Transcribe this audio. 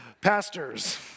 pastors